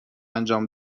انجام